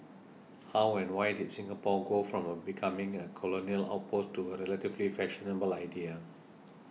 how and why did Singapore go from becoming a colonial outpost to a relatively fashionable idea